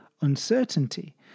uncertainty